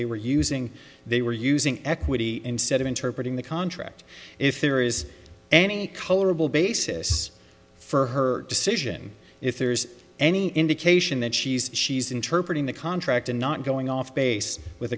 they were using they were using equity instead of interpreting the contract if there is any colorable basis for her decision if there's any indication that she's she's interpret in the contract and not going off base with